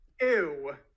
Ew